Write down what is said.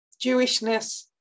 Jewishness